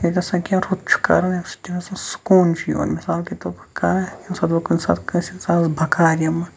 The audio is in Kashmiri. ییٚتہِ ہسا کیٚنٛہہ رُت چھُ کَرُن یا ییٚتہِ نَس کیٚنٛہہ سکوٗن چھُ یِوان مِثال کہِ طور پر بہٕ کرا ییٚمہِ ساتہٕ بہٕ کُنہِ ساتہٕ کٲنٛسہِ اِنسانس بَکار یِمہٕ